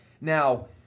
Now